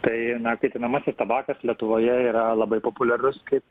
tai na kaitinamasis tabakas lietuvoje yra labai populiarus kaip